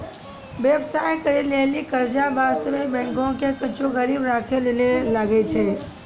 व्यवसाय करै लेली कर्जा बासतें बैंको के कुछु गरीबी राखै ले लागै छै